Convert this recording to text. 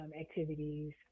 activities